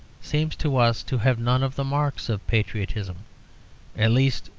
seems to us to have none of the marks of patriotism at least,